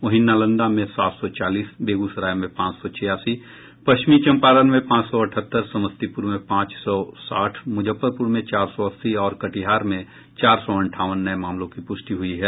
वहीं नालंदा में सात सौ चालीस बेगूसराय में पांच सौ छियासी पश्चिमी चम्पारण में पांच सौ अठहत्तर समस्तीपुर में पांच सौ साठ मुजफ्फरपूर में चार सौ अस्सी और कटिहार में चार सौ अंठावन नये मामलों की प्रष्टि हुई है